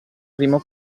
primo